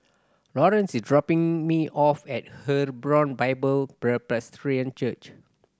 Laurence is dropping me off at Hebron Bible Church